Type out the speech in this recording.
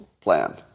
plan